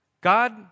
God